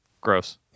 Gross